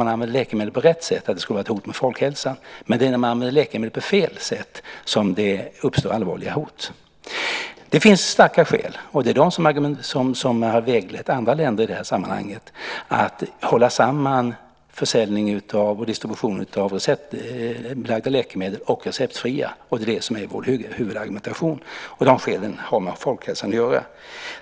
om man använder läkemedel på rätt sätt. Det är om man använder läkemedel på fel sätt som det uppstår allvarliga hot. Det finns starka skäl, och det är dem som har väglett andra länder i det här sammanhanget, att hålla samman försäljning och distribution av både receptfria och receptbelagda läkemedel. Det är det som är vår huvudargumentation. Och de skälen har med folkhälsan att göra.